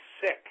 sick